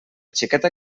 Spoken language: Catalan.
xiqueta